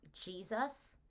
jesus